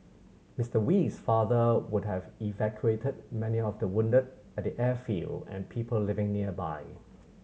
Mister Wee's father would have evacuated many of the wounded at the airfield and people living nearby